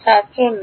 ছাত্র না